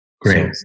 Great